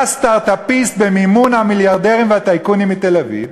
בא סטרט-אפיסט במימון המיליארדרים והטייקונים מתל-אביב